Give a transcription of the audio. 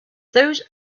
those